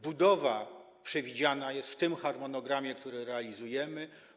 Budowa przewidziana jest w tym harmonogramie, który realizujemy.